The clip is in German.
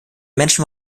menschen